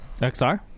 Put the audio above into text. XR